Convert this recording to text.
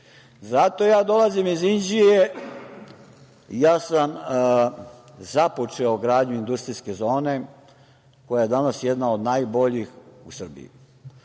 Zato ja dolazim iz Inđije. Ja sam započeo izgradnju industrijske zone, koja je danas jedna od najboljih u Srbiji.